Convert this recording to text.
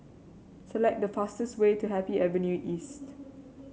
select the fastest way to Happy Avenue East